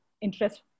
interest